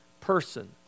person